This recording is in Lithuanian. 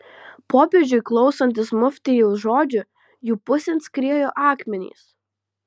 popiežiui klausantis muftijaus žodžių jų pusėn skriejo akmenys